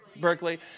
Berkeley